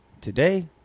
Today